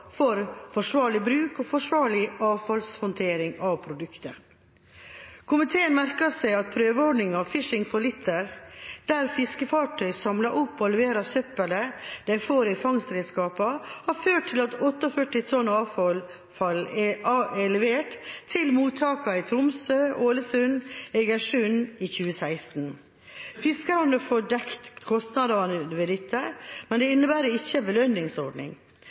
for forsvarlig bruk og forsvarlig avfallshåndtering av produktet. Komiteen merker seg at prøveordningen «Fishing for Litter», der fiskefartøy samler opp og leverer søppelet de får i fangstredskapene, har ført til at 48 tonn avfall er levert til mottakene i Tromsø, Ålesund og Egersund i 2016. Fiskerne får dekket kostnadene ved dette, men det innebærer ikke en belønningsordning.